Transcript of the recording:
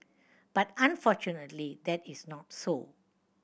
but unfortunately that is not so